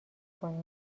کنید